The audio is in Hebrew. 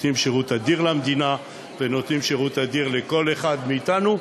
נותנות שירות אדיר למדינה ונותנות שירות אדיר לכל אחד מאתנו,